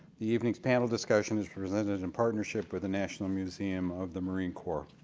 the evening panel discussion is presented in partnership with the national museum of the marine corps.